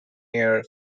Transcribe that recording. air